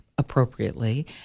appropriately